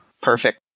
Perfect